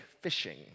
fishing